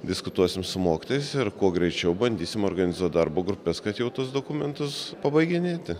diskutuosim su mokytojais ir kuo greičiau bandysim organizuot darbo grupes kad jau tuos dokumentus pabaiginėti